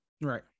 Right